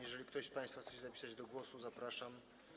Jeżeli ktoś z państwa chce się zapytać do głosu, zapraszam.